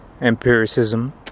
empiricism